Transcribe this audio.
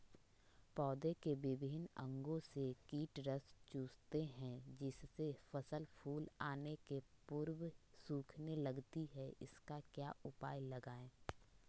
पौधे के विभिन्न अंगों से कीट रस चूसते हैं जिससे फसल फूल आने के पूर्व सूखने लगती है इसका क्या उपाय लगाएं?